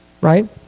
Right